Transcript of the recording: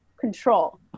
control